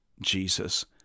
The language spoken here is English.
Jesus